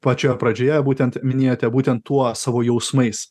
pačioje pradžioje būtent minėjote būtent tuo savo jausmais